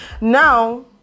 Now